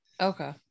Okay